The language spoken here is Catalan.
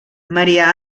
maria